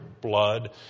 blood